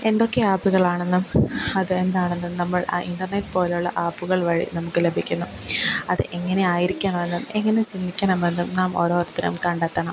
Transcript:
എന്തൊക്കെ ആപ്പുകളാണെന്നും അതെന്താണെന്നും നമ്മൾ ഇൻറ്റെര്നെറ്റ് പോലുള്ള ആപ്പുകൾവഴി നമുക്ക് ലഭിക്കുന്നു അത് എങ്ങനെ ആയിരിക്കണമെന്നും എങ്ങനെ ചിന്തിക്കണമെന്നും നാം ഓരോരുത്തരും കണ്ടെത്തണം